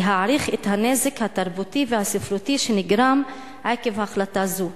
להעריך את הנזק התרבותי והספרותי שנגרם עקב החלטה זו?